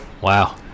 wow